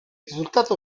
risultato